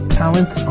talent